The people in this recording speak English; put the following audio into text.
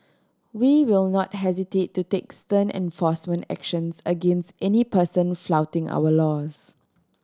we will not hesitate to take stern enforcement actions against any person flouting our laws